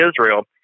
Israel